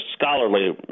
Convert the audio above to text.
scholarly